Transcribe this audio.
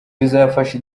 bizafasha